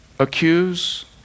Accuse